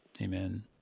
Amen